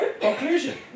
conclusion